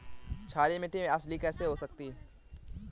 क्षारीय मिट्टी में अलसी कैसे होगी?